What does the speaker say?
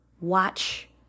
watch